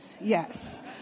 Yes